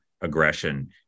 aggression